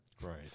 Right